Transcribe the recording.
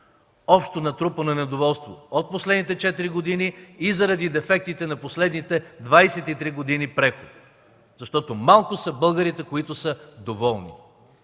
общо натрупано недоволство от последните 4 години и заради дефектите на последните 23 години преход. Защото малко са българите, които са доволни.